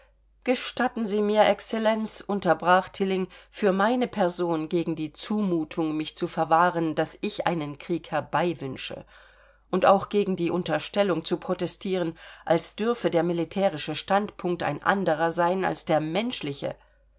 gestatten sie mir excellenz unterbrach tilling für meine person gegen die zumutung mich zu verwahren daß ich einen krieg herbeiwünsche und auch gegen die unterstellung zu protestieren als dürfe der militärische standpunkt ein anderer sein als der menschliche